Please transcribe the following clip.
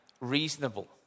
reasonable